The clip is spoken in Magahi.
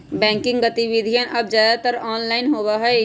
बैंकिंग गतिविधियन अब ज्यादातर ऑनलाइन होबा हई